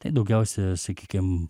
tai daugiausia sakykim